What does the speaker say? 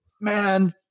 man